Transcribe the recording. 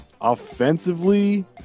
offensively